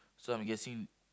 so I'm guessing